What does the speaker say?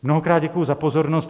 Mnohokrát děkuji za pozornost.